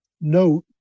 note